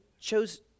chose